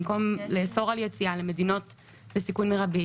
במקום לאסור על יציאה למדינות בסיכון מרבי,